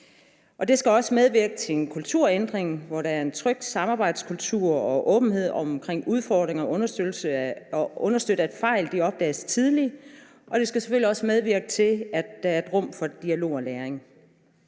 Det skal også medvirke til en kulturændring, hvor der er en tryg samarbejdskultur og åbenhed om udfordringer, og hvor det understøttes, at fejl opdages tidligt, og det skal selvfølgelig også medvirke til, at der er et rum for dialog og læring.